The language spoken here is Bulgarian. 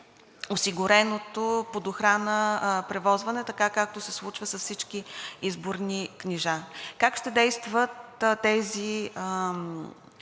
Как ще действат тези